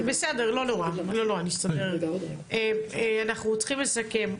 אנחנו צריכים לסכם.